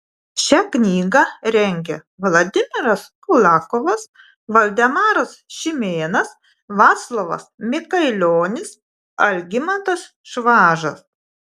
šią knygą rengia vladimiras kulakovas valdemaras šimėnas vaclovas mikailionis algimantas švažas